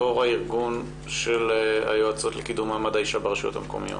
יושבת-ראש איגוד היועצות למעמד האישה ברשויות המקומיות.